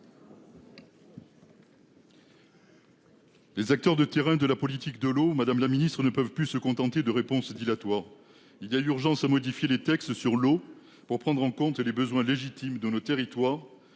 Les acteurs de terrain de la politique de l'eau Madame la Ministre ne peuvent plus se contenter de réponses dilatoires. Il y a urgence à modifier les textes sur l'eau pour prendre en compte les besoins légitimes de nos territoires.